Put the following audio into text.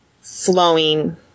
flowing